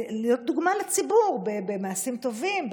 דוגמה לציבור במעשים טובים,